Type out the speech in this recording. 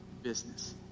business